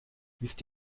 wisst